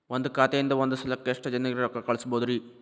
ಒಂದ್ ಖಾತೆಯಿಂದ, ಒಂದ್ ಸಲಕ್ಕ ಎಷ್ಟ ಜನರಿಗೆ ರೊಕ್ಕ ಕಳಸಬಹುದ್ರಿ?